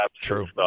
True